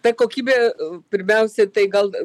ta kokybė pirmiausia tai gal